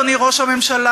אדוני ראש הממשלה,